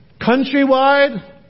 countrywide